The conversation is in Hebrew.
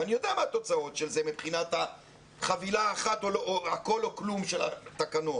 אני יודע מה התוצאות של זה מבחינת החבילה של הכול או כלום של התקנות,